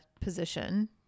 position